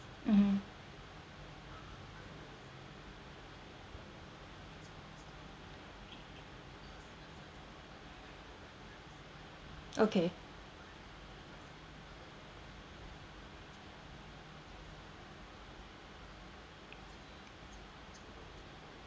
mmhmm okay